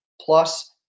Plus